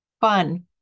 fun